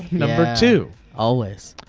number two. always.